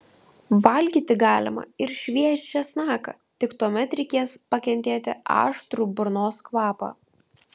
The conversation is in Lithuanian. valgyti galima ir šviežią česnaką tik tuomet reikės pakentėti aštrų burnos kvapą